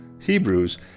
Hebrews